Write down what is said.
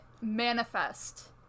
manifest